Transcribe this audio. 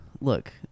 Look